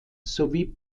sowie